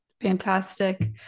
Fantastic